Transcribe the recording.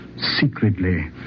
secretly